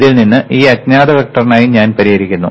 ഇതിൽ നിന്ന് ഈ അജ്ഞാത വെക്ടറിനായി ഞാൻ പരിഹരിക്കുന്നു